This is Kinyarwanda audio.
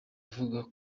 avuga